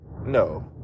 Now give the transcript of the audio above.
no